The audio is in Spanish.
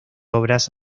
obras